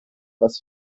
was